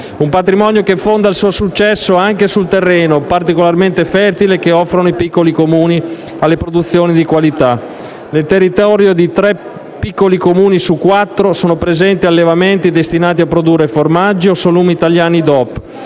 Un patrimonio che fonda il suo successo anche sul terreno particolarmente fertile che offrono i piccoli Comuni alle produzioni di qualità: nel territorio di 3 piccoli Comuni su 4 sono presenti allevamenti destinati a produrre formaggi o salumi italiani DOP,